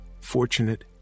fortunate